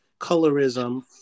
colorism